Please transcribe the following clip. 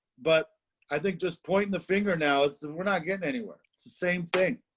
but i think just pointing the finger. now it's, we're not getting anywhere. same thing.